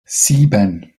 sieben